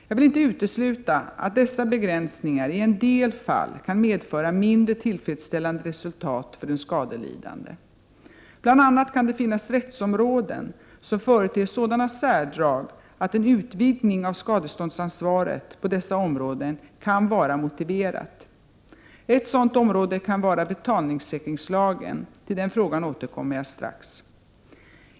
Jag vill inte utesluta att dessa begränsningar i en del fall kan medföra mindre tillfredsställande resultat för den skadelidande. Bl.a. kan det finnas rättsområden som företer sådana särdrag att en utvidgning av skadeståndsansvaret på dessa områden kan vara motiverad. Ett sådant område kan vara betalningssäkringslagen. Till den frågan återkommer jag strax.